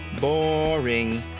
Boring